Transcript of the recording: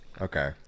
Okay